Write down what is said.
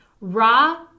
raw